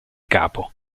capo